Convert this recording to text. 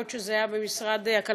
עוד כשזה היה במשרד הכלכלה,